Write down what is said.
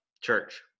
church